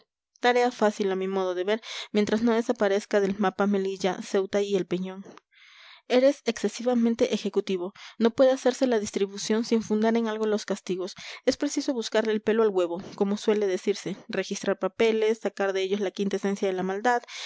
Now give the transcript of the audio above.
tarea fácil a mi modo de ver mientras no desaparezcan del mapa melilla ceuta y el peñón eres excesivamente ejecutivo no puede hacerse la distribución sin fundar en algo los castigos es preciso buscarle el pelo al huevo como suele decirse registrar papeles sacar de ellos la quinta esencia de la maldad